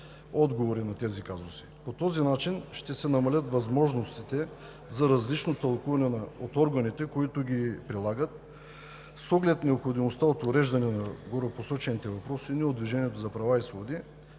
отговори. По този начин ще се намалят възможностите за различно тълкуване от органите, които ги прилагат. С оглед необходимостта от уреждане на горепосочените въпроси ние от „Движението за права и свободи“